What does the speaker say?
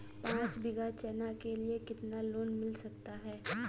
पाँच बीघा चना के लिए कितना लोन मिल सकता है?